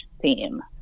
theme